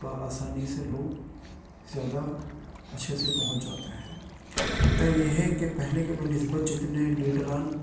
بآسانی سے لوگ زیادہ اچھے سے پہنچ جاتے ہیں ہوتا یہ ہے کہ پہلے کے بہ نسبت جتنے لیڈران